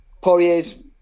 Poirier's